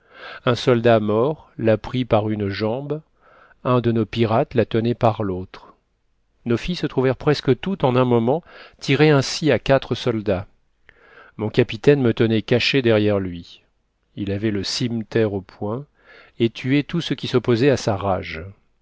un soldat maure la prit par une jambe un de nos pirates la tenait par l'autre nos filles se trouvèrent presque toutes en un moment tirées ainsi à quatre soldats mon capitaine me tenait cachée derrière lui il avait le cimeterre au poing et tuait tout ce qui s'opposait à sa rage